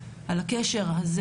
על הקשר הזה